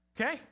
okay